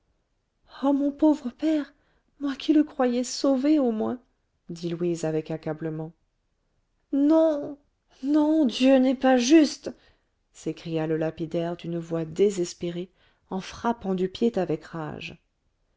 oh mon pauvre père moi qui le croyais sauvé au moins dit louise avec accablement non non dieu n'est pas juste s'écria le lapidaire d'une voix désespérée en frappant du pied avec rage